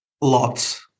Lots